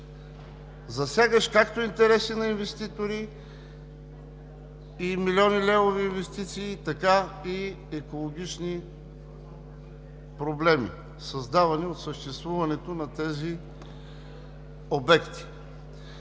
засягащ както интереси на инвеститори и милиони левове инвестиции, така и екологични проблеми, създавани от съществуването на тези обекти.